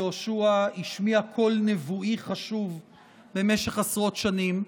יהושע השמיע קול נבואי חשוב במשך עשרות שנים,